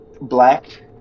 black